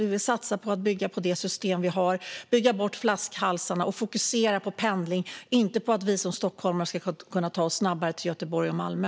Vi vill satsa på att bygga på det system som finns, bygga bort flaskhalsarna och fokusera på pendling - inte på att stockholmare ska kunna ta sig snabbare till Göteborg och Malmö.